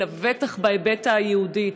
לבטח בהיבט היהודי.